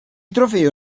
trofeo